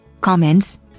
comments